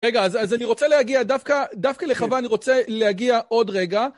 רגע, אז אני רוצה להגיע, דווקא לחווה אני רוצה להגיע עוד רגע.